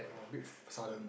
orh a bit sudden lah